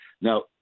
Now